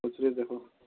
ପଛରେ ଦେଖ